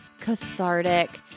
cathartic